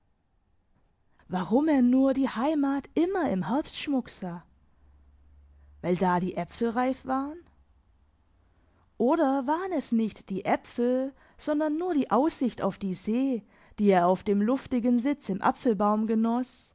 warum er nur die heimat immer im herbstschmuck sah weil da die äpfel reif waren oder waren es nicht die äpfel sondern nur die aussicht auf die see die er auf dem luftigen sitz im apfelbaum genoss